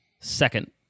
second